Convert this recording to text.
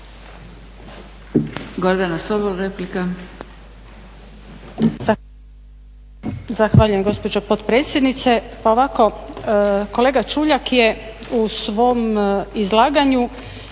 Gordana Sobol, replika.